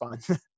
fun